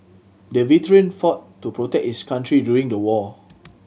the veteran fought to protect his country during the war